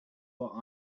what